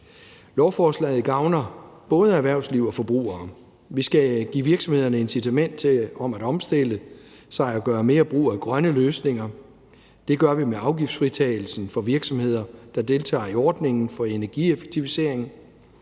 Lovforslaget gavner både erhvervsliv og forbrugere. Vi skal give virksomhederne incitament til at omstille sig og gøre mere brug af grønne løsninger. Det gør vi med afgiftsfritagelsen for virksomheder, der deltager i ordningen om energieffektivisering.